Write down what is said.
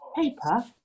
paper